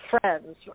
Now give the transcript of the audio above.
friends